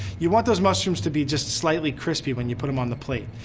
you want those mushrooms to be just slightly crispy when you put em on the plate.